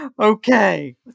Okay